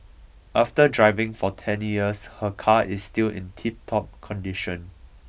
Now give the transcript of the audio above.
after driving for ten years her car is still in tiptop condition